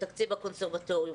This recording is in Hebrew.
בתקציב הקונסרבטוריונים.